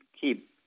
keep